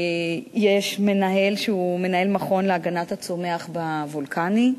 יש מנהל שהוא מנהל מכון להגנת הצומח בוולקני,